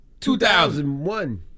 2001